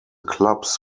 clubs